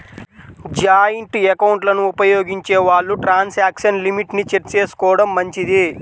joint ఎకౌంట్లను ఉపయోగించే వాళ్ళు ట్రాన్సాక్షన్ లిమిట్ ని సెట్ చేసుకోడం మంచిది